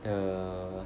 the